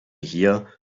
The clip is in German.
hier